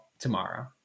tomorrow